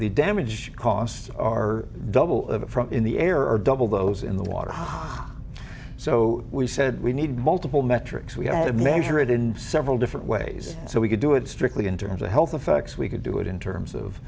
the damage costs are double in the air or double those in the water so we said we need multiple metrics we had measure it in several different ways so we could do it strictly in terms of health effects we could do it in terms of